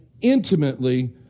intimately